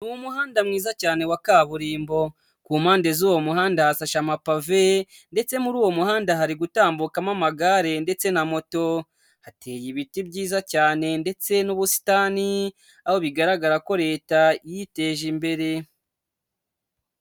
Ni umuhanda mwiza cyane wa kaburimbo, ku mpande z'uwo muhanda hasashe amapove ndetse muri uwo muhanda hari gutambukamo amagare ndetse na moto. Hateye ibiti byiza cyane ndetse n'ubusitani aho bigaragara ko Leta yiteje imbere.